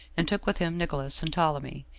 and took with him nicolaus and ptolemy,